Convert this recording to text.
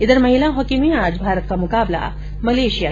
इधर महिला हॉकी में आज भारत का मुकाबला मलेशिया से होगा